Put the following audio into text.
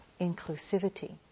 inclusivity